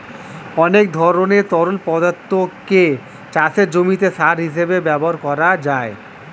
অনেক ধরনের তরল পদার্থকে চাষের জমিতে সার হিসেবে ব্যবহার করা যায়